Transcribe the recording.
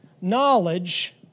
knowledge